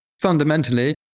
Fundamentally